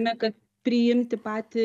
esmė kad priimti patį